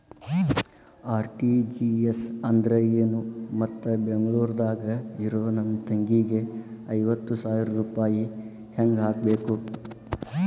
RTGS ಅಂದ್ರ ಏನು ಮತ್ತ ಬೆಂಗಳೂರದಾಗ್ ಇರೋ ನನ್ನ ತಂಗಿಗೆ ಐವತ್ತು ಸಾವಿರ ರೂಪಾಯಿ ಹೆಂಗ್ ಹಾಕಬೇಕು?